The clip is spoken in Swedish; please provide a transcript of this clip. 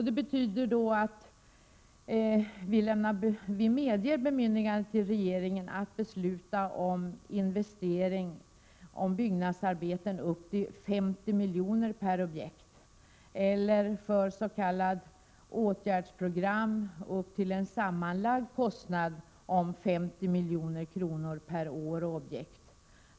Det betyder att riksdagen medger bemyndigande till regeringen att besluta om investering genom byggnadsarbeten upp till 50 milj.kr. per objekt eller för s.k. åtgärdsprogram upp till en sammanlagd kostnad om 50 milj.kr. per år och objekt.